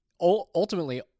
ultimately